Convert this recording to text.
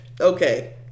Okay